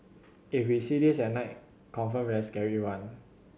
if we see this at night confirm very scary one